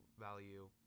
value